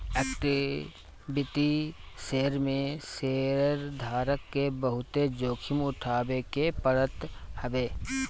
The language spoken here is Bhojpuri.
इक्विटी शेयर में शेयरधारक के बहुते जोखिम उठावे के पड़त हवे